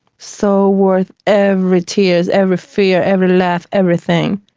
so worth every tears, every fear, every laugh, everything.